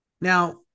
Now